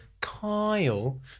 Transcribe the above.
Kyle